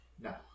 No